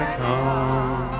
come